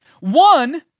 One